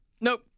Nope